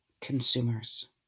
consumers